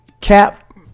Cap